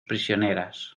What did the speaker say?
prisioneras